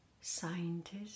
scientist